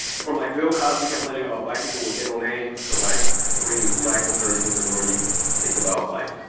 from, like, bill cosby complaining about black people with ghetto names to, like, the way black fraternities and sororities think about, like,